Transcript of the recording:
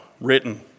written